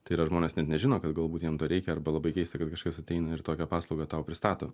tai yra žmonės net nežino kad galbūt jiem to reikia arba labai keista kad kažkas ateina ir tokią paslaugą tau pristato